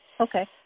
Okay